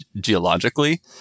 geologically